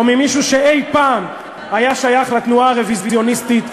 או ממישהו שאי-פעם היה שייך לתנועה הרוויזיוניסטית,